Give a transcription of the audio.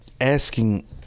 asking